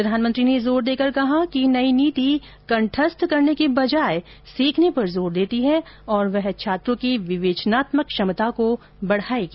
प्रधानमंत्री ने जोर देकर कहा कि नई नीति कंठस्थ करने के बजाए सीखने पर जोर देती है और वह छात्रों की विवेचनात्मक क्षमता को बढाएगी